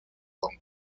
con